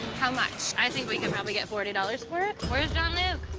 how much? i think we could probably get forty dollars for it. where's john luke?